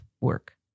work